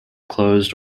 closed